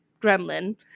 gremlin